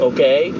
Okay